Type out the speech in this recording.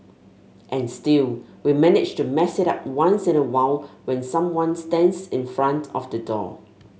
and still we manage to mess it up once in a while when someone stands in front of the door